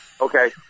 Okay